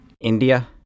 India